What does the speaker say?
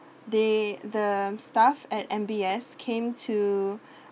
they the staff at M_B_S came to